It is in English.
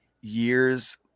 years